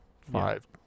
five